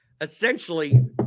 essentially